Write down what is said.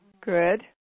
Good